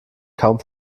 kaum